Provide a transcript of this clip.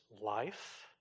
life